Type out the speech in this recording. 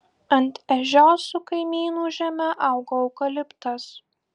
ant ežios su kaimynų žeme augo eukaliptas